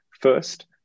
First